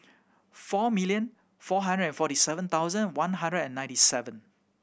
four million four hundred and forty seven thousand one hundred and ninety seven